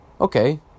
okay